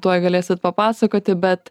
tuoj galėsi papasakoti bet